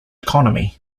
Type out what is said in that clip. economy